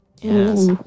Yes